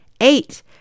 Eight